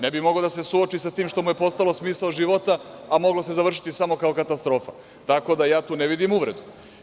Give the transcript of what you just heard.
Ne bi mogao da se suoči sa tim što mu je postalo smisao života, a moglo se završiti samo kao katastrofa, tako da ja tu ne vidim uvredu.